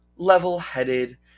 level-headed